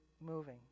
moving